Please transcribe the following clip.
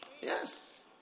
Yes